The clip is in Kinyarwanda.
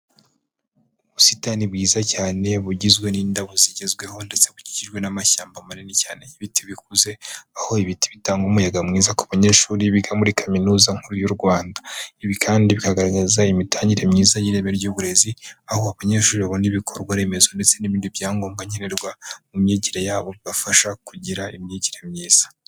Ubusitani bwiza cyane bugizwe n'indabo zigezweho, ndetse bukikijwe n'amashyamba manini cyane n'ibiti bikuze, aho ibiti bitanga umuyaga mwiza ku banyeshuri biga muri kaminuza nkuru y'u Rwanda. Ibi kandi bikagaragaza imitangire myiza y'ireme ry'uburezi aho abanyeshuri babona ibikorwa remezo ndetse n'ibindi byangombwa nkenerwa mu myigire yabo, bibafasha kugira imyigire myiza.